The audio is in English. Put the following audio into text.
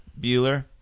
Bueller